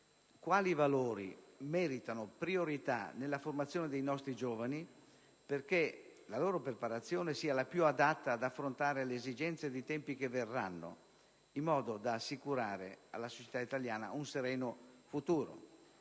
quali valori meritano priorità nella formazione dei nostri giovani perché la loro preparazione sia la più adatta ad affrontare le esigenze dei tempi che verranno, in modo da assicurare alla società italiana un sereno futuro.